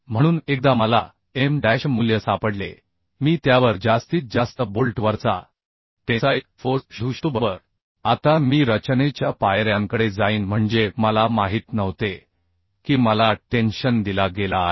म्हणून एकदा मला M डॅश मूल्य सापडले की मी त्यावर जास्तीत जास्त बोल्ट वरचा टेन्साईल फोर्स शोधू शकतो बरोबर आता मी रचनेच्या पायऱ्यांकडे जाईन म्हणजे मला माहित नव्हते की मला टेन्शन दिला गेला आहे